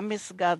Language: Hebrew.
גם מסגד,